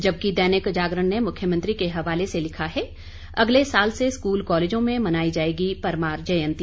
जबकि दैनिक जागरण ने मुख्यमंत्री के हवाले से लिखा हैं अगले साल से स्कूल कॉलेजों में मनाई जाएगी परमार जयंती